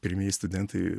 pirmieji studentai